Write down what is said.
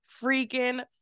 freaking